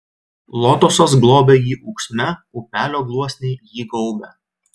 lotosas globia jį ūksme upelio gluosniai jį gaubia